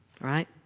right